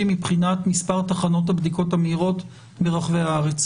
מבחינת מספר תחנות הבדיקות המהירות ברחבי הארץ